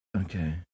Okay